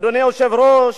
אדוני היושב-ראש,